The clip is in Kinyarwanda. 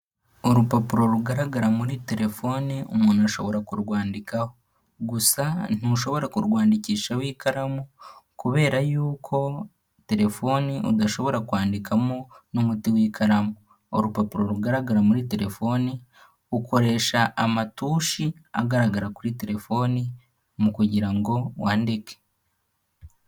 Urupapuro rugaragara muri telefone umuntu ara ashobora kurwandikaho. Gusa ntushobora kurwandikishaho ikaramu kubera y'uko terefoni udashobora kwandikamo n'umuti w'ikaramu, urupapuro rugaragara muri telefoni ukoresha amatoshi agaragara kuri telefoni mu kugira ngo wandike.